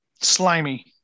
slimy